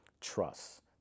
trust